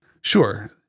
sure